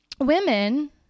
women